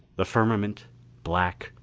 the firmament black,